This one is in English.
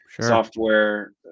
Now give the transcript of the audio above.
software